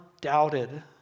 doubted